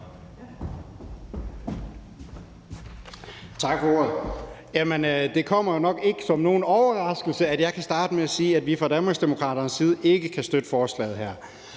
Tak for ordet. Det kommer jo nok ikke som nogen overraskelse, at jeg kan starte med at sige, at vi fra Danmarksdemokraternes side ikke kan støtte forslaget her.